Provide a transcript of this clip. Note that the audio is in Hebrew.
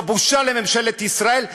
זו בושה לממשלת ישראל,